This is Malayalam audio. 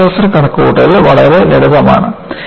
ഗണിതശാസ്ത്ര കണക്കുകൂട്ടൽ വളരെ ലളിതമാണ്